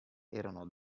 erano